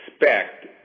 expect